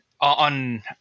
on